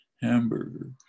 hamburger